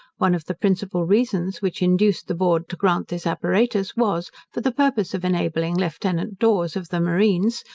one of the principal reasons which induced the board to grant this apparatus was, for the purpose of enabling lieutenant dawes, of the marines,